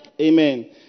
Amen